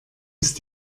ist